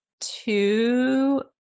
two